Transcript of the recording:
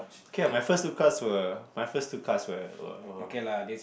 okay lah my first two class were my first two class were uh